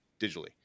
digitally